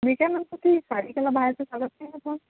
मी काय मंत ती सारिकाला बाहेरचं चालत नाही ना पण